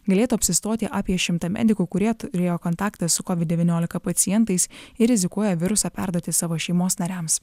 galėtų apsistoti apie šimtą medikų kurie turėjo kontaktą su kovid devyniolika pacientais ir rizikuoja virusą perduoti savo šeimos nariams